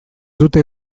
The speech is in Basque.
dute